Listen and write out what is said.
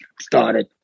started